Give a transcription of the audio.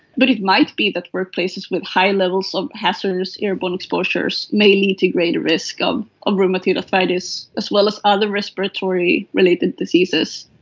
but it might be that workplaces with high levels of hazardous airborne exposures may lead to a greater risk of of rheumatoid arthritis, as well as other respiratory related diseases.